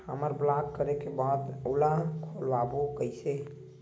हमर ब्लॉक करे के बाद ओला खोलवाबो कइसे?